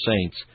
saints